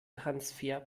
transfer